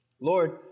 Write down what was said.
Lord